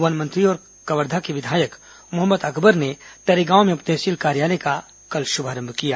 one मंत्री और कवर्धा के विधायक मोहम्मद अकबर ने तरेगांव में उप तहसील कार्यालय का शुभारंभ किया गया